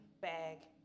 bag